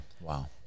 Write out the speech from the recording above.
wow